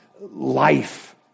life